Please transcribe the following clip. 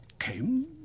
came